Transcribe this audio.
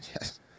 Yes